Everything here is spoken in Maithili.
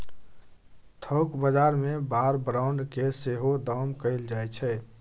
थोक बजार मे बार ब्रांड केँ सेहो दाम कएल जाइ छै